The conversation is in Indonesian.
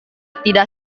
tidak